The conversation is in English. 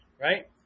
right